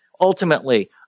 Ultimately